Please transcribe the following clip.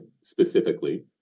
specifically